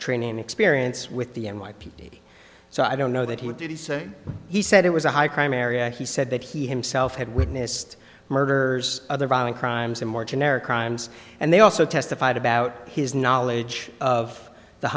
training experience with the n y p d so i don't know that he did he say he said it was a high crime area he said that he himself had witnessed murder other violent crimes and more generic crimes and they also testified about his knowledge of the